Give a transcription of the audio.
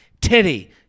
titty